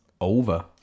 over